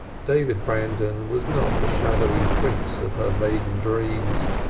david brandon was not the shadowy prince of her maiden dreams,